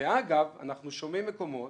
אגב, אנחנו שומעים קריאות